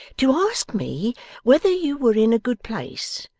to ask me whether you were in a good place,